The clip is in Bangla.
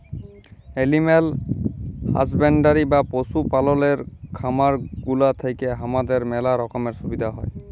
এলিম্যাল হাসব্যান্ডরি বা পশু পাললের খামার গুলা থেক্যে হামাদের ম্যালা রকমের সুবিধা হ্যয়